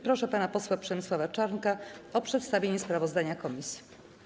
Proszę pana posła Przemysława Czarnka o przedstawienie sprawozdania komisji.